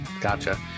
Gotcha